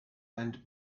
and